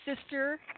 sister